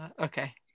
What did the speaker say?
Okay